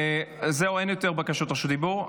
זהו, אין יותר בקשות רשות דיבור?